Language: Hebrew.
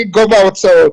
גובה ההוצאות.